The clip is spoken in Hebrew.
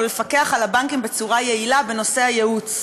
לפקח על הבנקים בצורה יעילה בנושא הייעוץ?